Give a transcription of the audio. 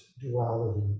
duality